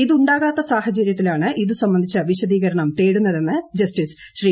ഇതുണ്ടാകാ ത്ത സാഹചര്യത്തിലാണ് ഇതു സംബന്ധിച്ച വിശദീകരണം തേടുന്നതെ ന്ന് ജസ്റ്റിസ് ശ്രീ